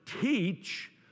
teach